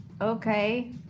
Okay